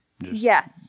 Yes